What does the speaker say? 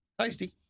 Tasty